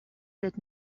said